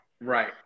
Right